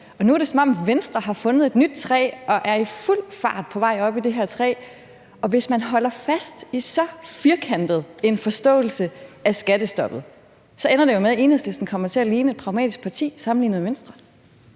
nu er det, som om Venstre har fundet et nyt træ og er i fuld fart på vej op i det her træ. Hvis man holder fast i så firkantet en forståelse af skattestoppet, ender det jo med, at Enhedslisten kommer til at ligne et pragmatisk parti sammenlignet med Venstre.